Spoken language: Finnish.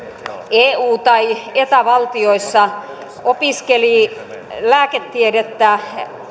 eu tai eta valtioissa opiskeli lääketiedettä